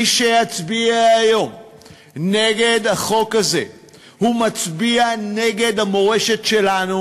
מי שיצביע היום נגד החוק הזה מצביע נגד המורשת שלנו